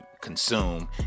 consume